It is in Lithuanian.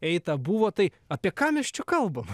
eita buvo tai apie ką mes čia kalbam